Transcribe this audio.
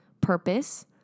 purpose